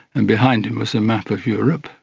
and behind him was a map of europe.